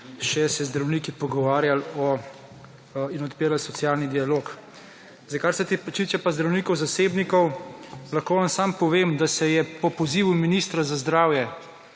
še se z zdravniki pogovarjal o in odpiral socialni dialog. Zdaj, kar se tiče pa zdravnikov zasebnikov, lahko vam samo povem, da se je po pozivu ministra za zdravje,